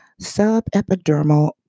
subepidermal